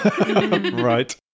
Right